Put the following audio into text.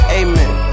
amen